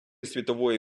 світової